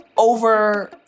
Over